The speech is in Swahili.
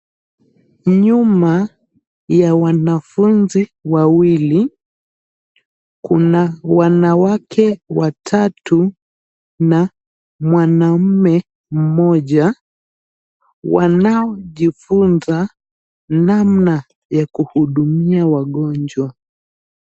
Nyuma ya wanafunzi wawili kuna wanawake watatu na mwanamume mmoja wanaojifunza namna ya kuhudumia wagonjwa.